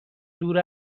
دور